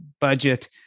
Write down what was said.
budget